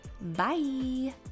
bye